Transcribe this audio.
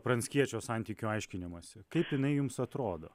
pranckiečio santykių aiškinimąsi kaip jinai jums atrodo